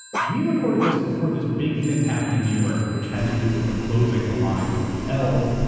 we recorded this before this big thing happened in new york, which had to do with the closing of a line called the l,